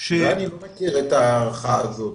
--- אני לא מכיר את ההערכה הזאת.